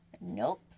Nope